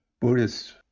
Buddhist